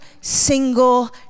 single